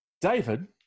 David